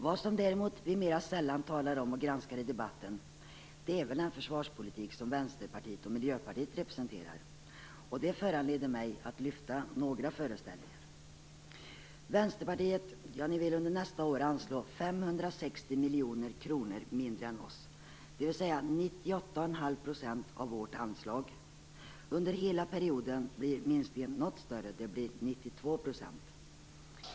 Vad vi däremot mera sällan talar om och granskar i debatten är den försvarspolitik som Vänsterpartiet och Miljöpartiet representerar. Det föranleder mig att lyfta fram några frågeställningar. Vänsterpartiet vill nästa år anslå 560 miljoner kronor mindre än vi, dvs. 98,5 % av vårt anslag. Under hela perioden blir minskningen något större, 92 %.